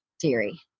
theory